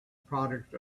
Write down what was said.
product